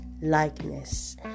likeness